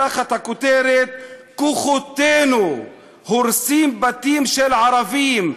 תחת הכותרת: כוחותינו הורסים בתים של ערבים,